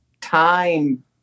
time